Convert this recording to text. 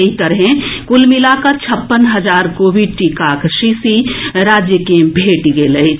एहि तरहे कुल मिलाकऽ छप्पन हजार कोविड टीकाक शीशी राज्य के भेटि गेल अछि